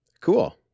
cool